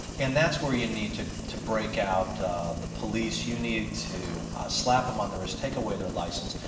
and that's where you need to to break out the police. you need to slap them on the wrist, take away their license.